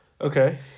Okay